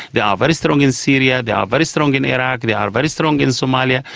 they are very strong in syria, they are very strong in iraq, they are very strong in somalia.